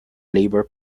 labour